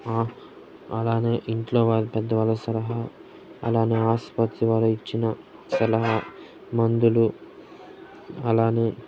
అలానే ఇంట్లో వాళ్ళ పెద్దవాళ్ళ సలహా అలానే ఆసుపత్రి వాళ్ళు ఇచ్చిన సలహా మందులు అలానే